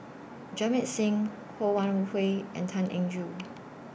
Jamit Singh Ho Wan Hui and Tan Eng Joo